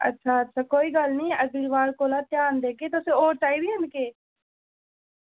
अच्छा अच्छा कोई गल्ल निं अग्गें कोला ध्यान देगे ते तुसें होर चाही दियां न केह्